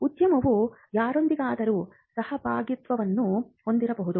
ಉದ್ಯಮವು ಯಾರೊಂದಿಗಾದರೂ ಸಹಭಾಗಿತ್ವವನ್ನು ಹೊಂದಬಹುದು